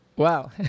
Wow